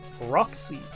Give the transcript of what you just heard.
Roxy